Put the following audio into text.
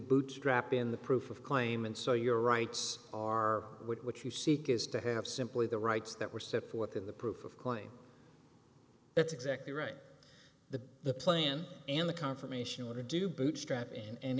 bootstrapped in the proof of claimants so your rights are what you seek is to have simply the rights that were set forth in the proof of claim that's exactly right the the plane and the confirmation order do bootstrap in and